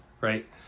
right